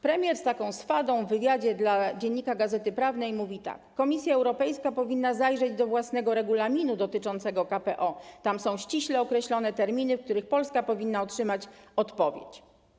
Premier z taką swadą mówi w wywiadzie dla „Dziennika Gazety Prawnej”: Komisja Europejska powinna zajrzeć do własnego regulaminu dotyczącego KPO, tam są ściśle określone terminy, w których Polska powinna otrzymać odpowiedź.